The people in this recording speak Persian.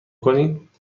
کنید